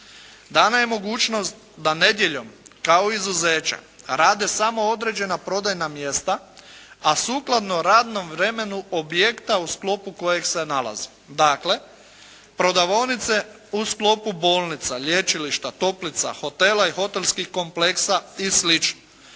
Dana je mogućnost da nedjeljom kao izuzeća rade samo određena prodajna mjesta, a sukladno radnom vremenu objekta u sklopu kojeg se nalazi. Dakle, prodavaonice u sklopu bolnica, lječilišta, toplica, hotela i hotelskih kompleksa i